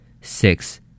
six